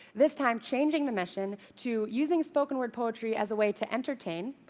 this time changing the mission to using spoken-word poetry as a way to entertain,